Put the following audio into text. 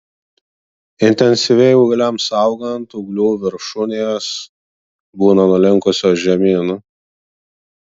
intensyviai ūgliams augant ūglių viršūnės būna nulinkusios žemyn